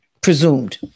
Presumed